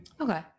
Okay